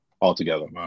altogether